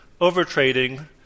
overtrading